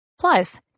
Plus